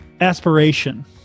aspiration